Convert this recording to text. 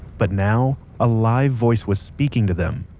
but now, a live voice was speaking to them.